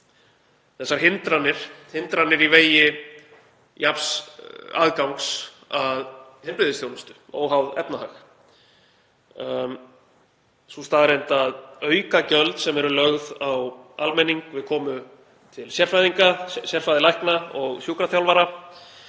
þessar hindranir í vegi jafns aðgangs að heilbrigðisþjónustu óháð efnahag og sú staðreynd að aukagjöld sem eru lögð á almenning við komu til sérfræðinga, sérfræðilækna og sjúkraþjálfara,